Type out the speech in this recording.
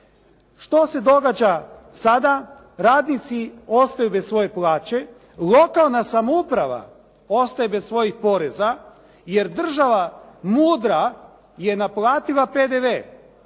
Što se događa sada? Radnici ostaju bez svoje plaće, lokalna samouprava ostaje bez svojih poreza jer država mudra je naplatila PDV,